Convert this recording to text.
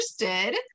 interested